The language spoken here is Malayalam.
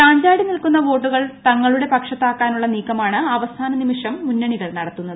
ചാഞ്ചാടി നിൽക്കുന്ന വോട്ടുകൾ തങ്ങളുടെ പക്ഷത്താക്കാനുള്ള നീക്കമാണ് അവസാന നിമിഷം മുന്നണികൾ നടത്തുന്നത്